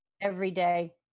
Everyday